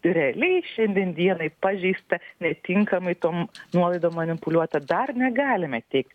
realiai šiandien dienai pažeista netinkamai tom nuolaidom manipuliuota dar negalime teigt